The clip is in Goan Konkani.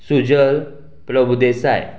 सुजल प्रबुदेसाय